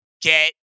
get